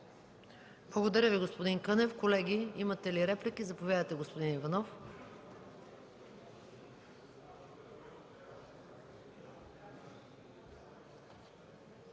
Благодаря Ви, господин Кънев. Колеги, имате ли реплики? Заповядайте, господин Иванов.